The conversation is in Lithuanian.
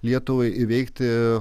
lietuvai įveikti